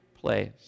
place